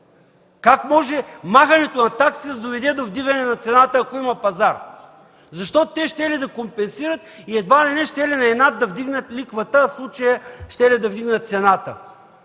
Как може махането на такси да доведе до вдигане на цената, ако има пазар? Защото те щели да компенсират и едва ли не щели на инат да вдигнат лихвата, а в случая щели да вдигнат цената.